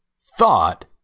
thought